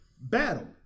battle